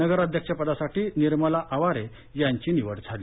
नगराध्यक्षपदासाठी निर्मला आवारे यांची निवड झाली